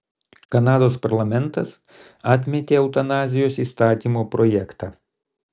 kanados parlamentas atmetė eutanazijos įstatymo projektą